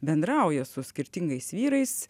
bendrauja su skirtingais vyrais